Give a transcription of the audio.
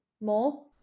more